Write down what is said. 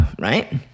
right